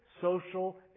social